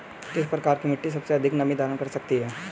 किस प्रकार की मिट्टी सबसे अधिक नमी धारण कर सकती है?